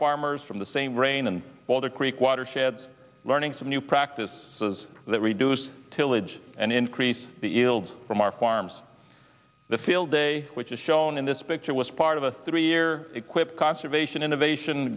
farmers from the same rain in boulder creek watershed learning some new practice is that reduce tillage and increase the eels from our farms the field day which is shown in this picture was part of a three year equip conservation innovation